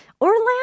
Orlando